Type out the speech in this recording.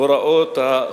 הוראות החוק.